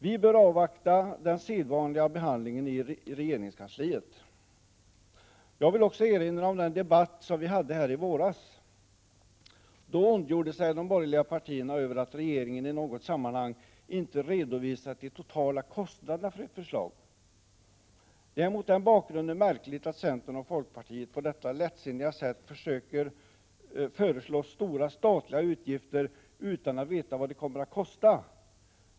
Vi bör avvakta den sedvanliga behandlingen i regeringskansliet. Jag vill också erinra om den debatt vi hade här i våras. Då ondgjorde sig de borgerliga partierna över att regeringen i något sammanhang inte redovisat de totala kostnaderna i ett förslag. Det är mot den bakgrunden märkligt att centern och folkpartiet på detta lättsinniga sätt föreslår stora statliga utgifter Prot. 1987/88:32 utan att veta vad det kommer att kosta.